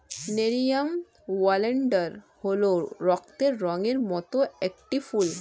nerium oleander হল রক্তের রঙের মত একটি ফুল